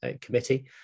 committee